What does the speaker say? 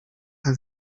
han